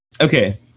Okay